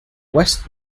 west